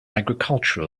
agricultural